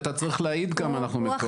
אתה צריך להעיד כמה אנחנו מתואמים.